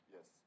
Yes